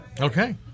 Okay